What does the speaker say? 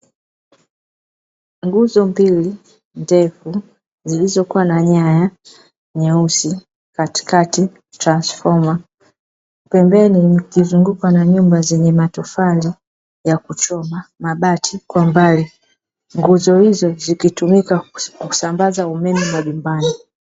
Nguzo mbili ndefu zilizokua na nyaya nyeusi katikati transfoma, pembeni ikizungukwa na nyumba zenye matofali ya kuchoma, mabati kwa mbali, nguzo hizo zikitumika kusambaza umeme majumbani.